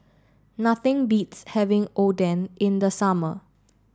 nothing beats having Oden in the summer